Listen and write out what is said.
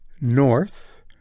north